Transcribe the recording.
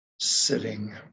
sitting